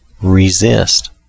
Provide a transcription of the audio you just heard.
resist